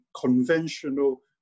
conventional